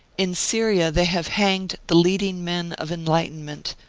in syria they have hanged the leading men of enlightenment,